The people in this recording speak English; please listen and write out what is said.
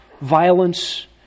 violence